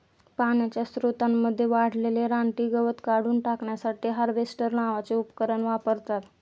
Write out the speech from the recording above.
पाण्याच्या स्त्रोतांमध्ये वाढलेले रानटी गवत काढून टाकण्यासाठी हार्वेस्टर नावाचे उपकरण वापरतात